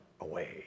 Away